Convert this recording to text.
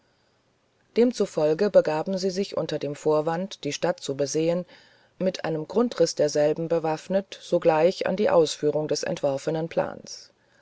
demzufolge begaben sie sich unter dem vorwande die stadt zu besehen mit einem grundrisse derselben bewaffnet sogleich an die ausführung des entworfenen plans